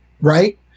right